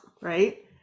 right